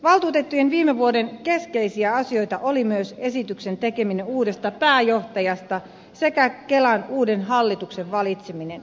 valtuutettujen viime vuoden keskeisiä asioita oli myös esityksen tekeminen uudesta pääjohtajasta sekä kelan uuden hallituksen valitseminen